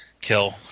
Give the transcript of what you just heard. kill